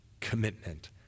commitment